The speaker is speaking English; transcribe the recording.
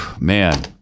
man